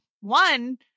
one